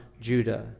Judah